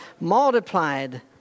multiplied